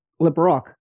LeBrock